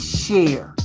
share